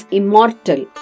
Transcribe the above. immortal